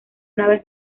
naves